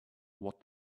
what